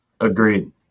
Agreed